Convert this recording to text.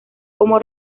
como